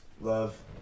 love